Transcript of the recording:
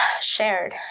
shared